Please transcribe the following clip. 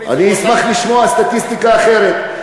אני אשמח לשמוע סטטיסטיקה אחרת.